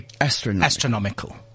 astronomical